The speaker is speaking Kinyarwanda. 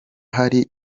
hari